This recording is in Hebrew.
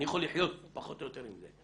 אני יכול לחיות פחות או יותר עם זה.